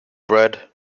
bread